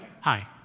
Hi